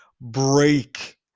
break